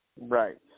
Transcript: Right